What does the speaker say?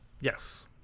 Yes